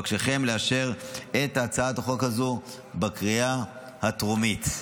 אבקשכם לאשר את הצעת החוק הזו בקריאה הטרומית.